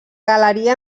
galeria